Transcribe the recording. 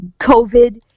COVID